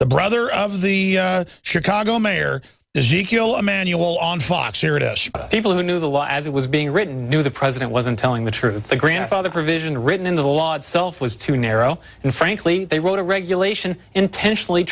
the brother of the chicago mayor as you kill a manual on fox here it is people who knew the law as it was being written knew the president wasn't telling the truth the grandfather provision written into the law itself was too narrow and frankly they wrote a regulation intentionally